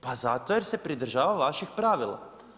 Pa zato jer se pridržava vaših pravila.